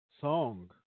song